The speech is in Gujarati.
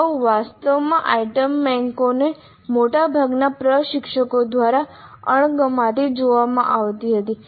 અગાઉ વાસ્તવમાં આઇટમ બેન્કોને મોટાભાગના પ્રશિક્ષકો દ્વારા અણગમાથી જોવામાં આવતી હતી